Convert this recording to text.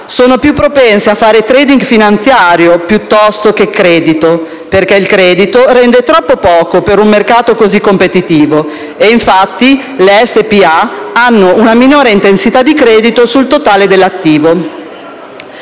sono più propense a fare *trading* finanziario, piuttosto che credito, perché il credito rende troppo poco per un mercato così competitivo. Infatti, le società per azioni hanno una minore intensità di credito sul totale dell'attivo.